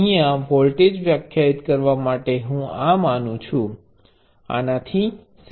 અહીયા વોલ્ટેજ વ્યાખ્યાયિત કરવા માટે હુ આ માનું છું